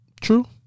True